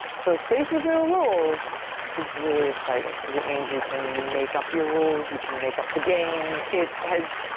so, a space with no rules is really exciting because it means you can make up your rules, you can make up the game. it has,